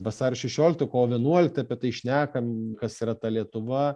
vasario šešiolikta kovo vienuolikta apie tai šnekam kas yra ta lietuva